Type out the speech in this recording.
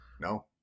No